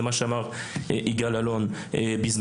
זה מה שאמר יגאל אלון בזמנו.